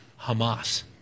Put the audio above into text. Hamas